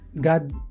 God